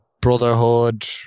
Brotherhood